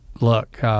look